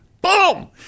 Boom